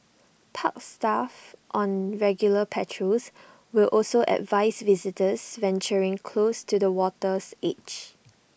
park staff on regular patrols will also advise visitors venturing close to the water's edge